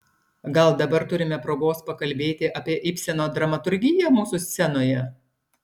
gal dabar turime progos pakalbėti apie ibseno dramaturgiją mūsų scenoje